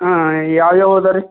ಹಾಂ ಯಾವ್ಯಾವ ಅದಾರಿ